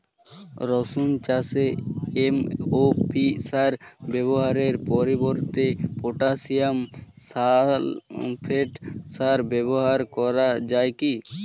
রসুন চাষে এম.ও.পি সার ব্যবহারের পরিবর্তে পটাসিয়াম সালফেট সার ব্যাবহার করা যায় কি?